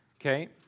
okay